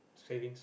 saving